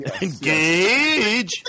engage